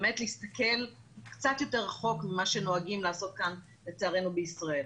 באמת להסתכל קצת יותר רחוק ממה שנוהגים לעשות כאן לצערנו בישראל.